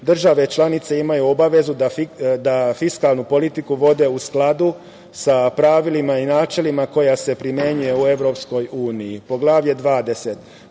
Države članice imaju obavezu da fiskalnu politiku vode u skladu sa pravilima i načelima koja se primenjuju u EU.Poglavlje 20,